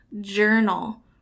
journal